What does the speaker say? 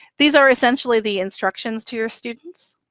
these are essentially the instructions to your students.